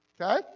okay